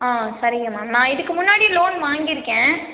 ஆ சரிங்க மேம் நான் இதுக்கு முன்னாடி லோன் வாங்கி இருக்கேன்